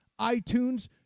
iTunes